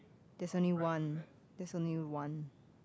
there's only one there's only one